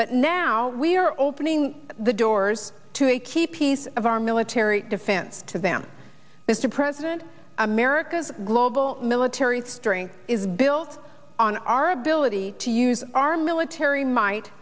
but now we are opening the doors to a key piece of our military defense to them mr president america's global military strength is built on our ability to use our military might